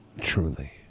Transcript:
Truly